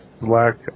Black